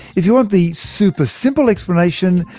if you want the super-simple explanation,